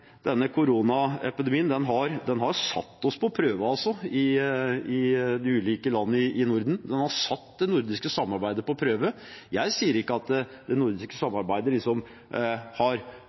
Denne koronaepidemien har satt oss på prøve i de ulike landene i Norden, den har satt det nordiske samarbeidet på prøve. Jeg sier ikke at det nordiske samarbeidet